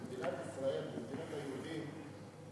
במדינת ישראל, מדינת היהודים,